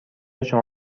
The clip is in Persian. شما